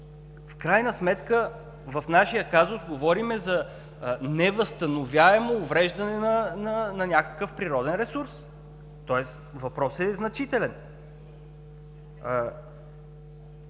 В крайна сметка в нашия казус говорим за невъзстановяемо увреждане на някакъв природен ресурс, тоест въпросът е значителен.